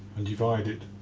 and divide it